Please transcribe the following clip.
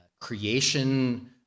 creation